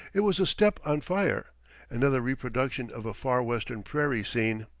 it was the steppe on fire another reproduction of a far western prairie scene.